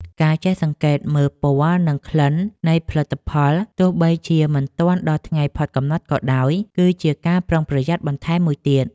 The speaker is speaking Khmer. ការចេះសង្កេតមើលពណ៌និងក្លិននៃផលិតផលទោះបីជាមិនទាន់ដល់ថ្ងៃផុតកំណត់ក៏ដោយ គឺជាការប្រុងប្រយ័ត្នបន្ថែមមួយទៀត។